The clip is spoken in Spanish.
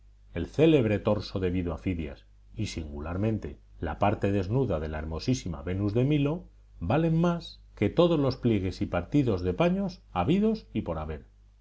el célebre torso debido a fidias y singularmente la parte desnuda de la hermosísima venus de milo valen más que todos los pliegues y partidos de paños habidos y por haber